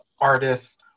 artists